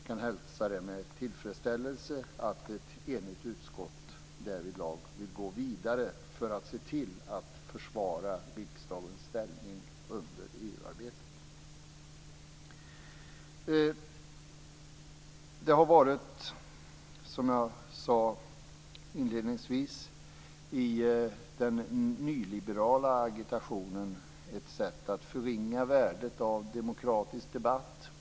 Jag hälsar med tillfredsställelse att ett enigt utskott därvidlag vill gå vidare för att se till att försvara riksdagens ställning under EU-arbetet. Man har, som jag sade inledningsvis, i den nyliberala agitationen velat förringa värdet av demokratisk debatt.